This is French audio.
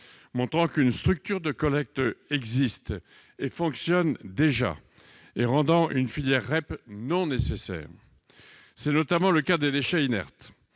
montrant qu'une structure de collecte existe et fonctionne déjà, et rendant une filière REP non nécessaire. C'est notamment le cas des déchets inertes.